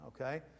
Okay